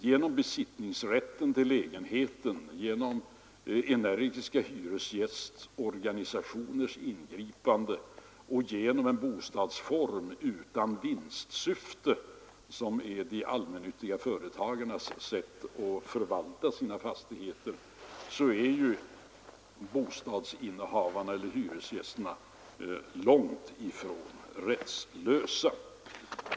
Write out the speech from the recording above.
Genom besittningsrätten till lägenheten, genom energiska hyresgästorganisationers ingripande och genom en bostadsform utan vinstsyfte, som är de allmännyttiga företagens sätt att förvalta sina fastigheter, är bostadsinnehavarna eller hyresgästerna långt ifrån rättslösa.